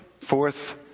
fourth